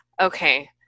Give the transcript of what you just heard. Okay